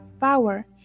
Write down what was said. power